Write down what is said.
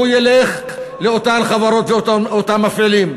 הוא ילך לאותן חברות ואותם מפעילים.